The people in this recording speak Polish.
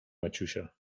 maciusia